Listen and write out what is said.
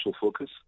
focus